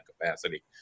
capacity